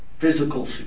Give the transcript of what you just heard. physical